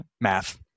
math